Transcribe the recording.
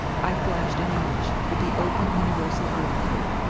i flashed in english, with the open universal earth code